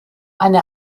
eine